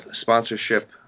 sponsorship